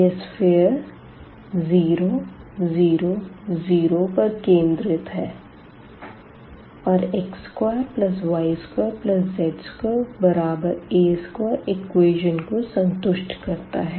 यह सफ़ियर 0 0 0पर केंद्रित है और x2y2z2a2इक्वेशन को संतुष्ट करता है